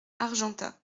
argentat